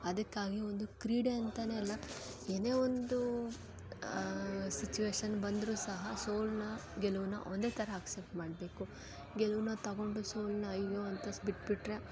ಅದಕ್ಕಾಗಿ ಒಂದು ಕ್ರೀಡೆ ಅಂತಾನೇ ಅಲ್ಲ ಏನೇ ಒಂದು ಸಿಚುವೇಶನ್ ಬಂದರೂ ಸಹ ಸೋಲನ್ನ ಗೆಲುವನ್ನ ಒಂದೇ ಥರ ಅಕ್ಸೆಪ್ಟ್ ಮಾಡಬೇಕು ಗೆಲುವನ್ನ ತಗೊಂಡು ಸೋಲನ್ನ ಅಯ್ಯೋ ಅಂತ ಬಿಟ್ಬಿಟ್ರೆ